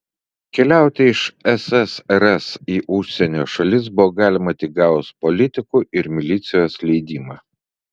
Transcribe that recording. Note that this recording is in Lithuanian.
keliauti iš ssrs į užsienio šalis buvo galima tik gavus politikų ir milicijos leidimą